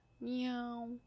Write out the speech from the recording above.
Meow